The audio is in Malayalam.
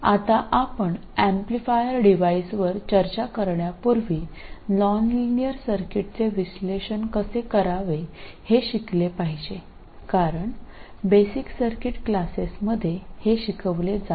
ഇപ്പോൾ ആംപ്ലിഫയർ ഉപകരണങ്ങളെക്കുറിച്ച് ചർച്ച ചെയ്യുന്നതിനുമുമ്പ് നോൺലീനിയർ സർക്യൂട്ടുകൾ എങ്ങനെ വിശകലനം ചെയ്യാമെന്ന് നമ്മൾ പഠിക്കേണ്ടതുണ്ട് കാരണം ഇത് സാധാരണയായി അടിസ്ഥാന സർക്യൂട്ട് ക്ലാസുകളിൽ പഠിപ്പിക്കുന്നതല്ല